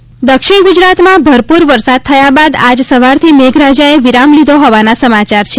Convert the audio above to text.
વરસાદ અપડેટ દક્ષિણ ગુજરાતમાં ભરપૂર વરસાદ થયા બાદ આજ સવારથી મેઘરાજાએ વિરામ લીધો હોવાના સમાચાર છે